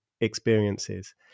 experiences